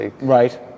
Right